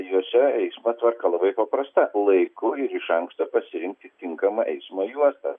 juose eismo tvarka labai paprasta laiku ir iš anksto pasirinkti tinkamą eismo juostą